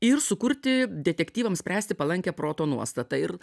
ir sukurti detektyvams spręsti palankią proto nuostatą ir